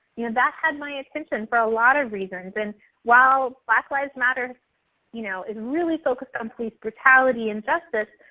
you know that had my attention for a lot of reasons. and while black lives matter you know is really focused on police brutality and justice,